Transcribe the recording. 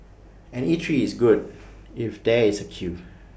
an eatery is good if there is A queue